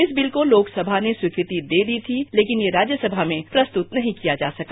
इस बिल को लोकसभा ने मंजूरी दे दी थी लेकिन यह राज्यसभा में प्रस्तुत नहीं किया जा सका